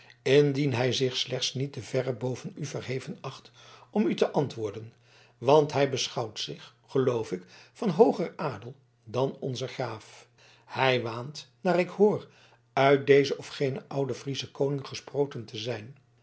indien hij zich slechts niet te verre boven u verheven acht om u te antwoorden want hij beschouwt zich geloof ik van hooger adel dan onzen graaf hij waant naar ik hoor uit dezen of genen ouden frieschen koning gesproten te zijn